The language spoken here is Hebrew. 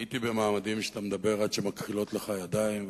כבר הייתי במעמדים שאתה מדבר עד שמכחילות לך הידיים,